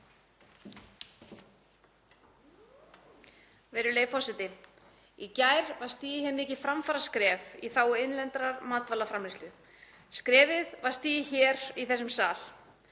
Virðulegi forseti. Í gær var stigið mikið framfaraskref í þágu innlendrar matvælaframleiðslu. Skrefið var stigið hér í þessum sal.